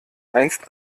einst